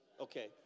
Okay